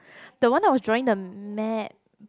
the one I was joining the ma~